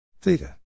Theta